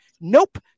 nope